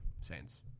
Saints